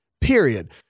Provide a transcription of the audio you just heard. period